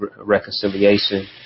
reconciliation